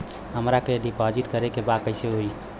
हमरा के डिपाजिट करे के बा कईसे होई?